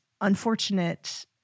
Unfortunate